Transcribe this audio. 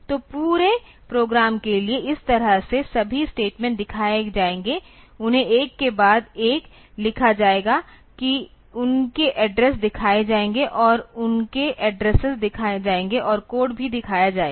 तो पूरे प्रोग्राम के लिए इस तरह से सभी स्टेटमेंट दिखाए जाएंगे उन्हें एक के बाद एक लिखा जाएगा कि उनके एड्रेस दिखाए जाएंगे और उनके एड्रेसस दिखाए जाएंगे और कोड भी दिखाया जाएगा